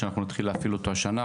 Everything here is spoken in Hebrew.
ואנחנו נתחיל להפעיל אותו השנה.